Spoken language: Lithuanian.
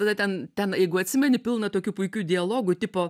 tada ten ten jeigu atsimeni pilna tokių puikių dialogų tipo